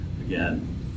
again